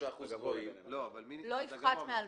לא יפחת מ-2,000.